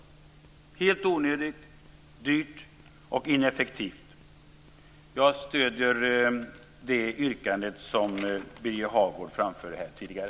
Det är helt onödigt, dyrt och ineffektivt. Jag stöder det yrkande som Birger Hagård framförde tidigare.